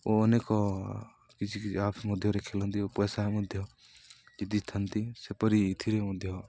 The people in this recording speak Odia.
ଓ ଅନେକ କିଛି କିଛି ଆପ୍ସ ମଧ୍ୟରେ ଖେଳନ୍ତି ଓ ପଇସା ମଧ୍ୟ ଜିତିଥାନ୍ତି ସେପରି ଏଥିରେ ମଧ୍ୟ